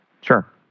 Sure